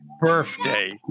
birthday